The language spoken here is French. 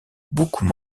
beaucoup